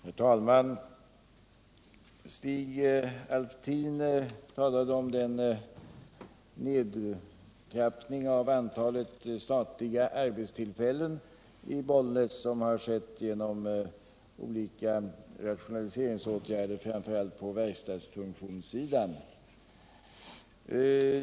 Herr talman! Stig Alftin talade om den minskning av antalet statliga arbetstillfällen som skett i Bollnäs genom olika rationaliseringsåtgärder, framför allt på verkstadsfunktionssidan.